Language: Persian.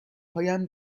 هایم